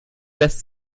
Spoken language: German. lässt